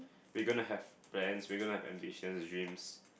we gonna have plans we gonna have ambitions dreams